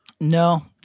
No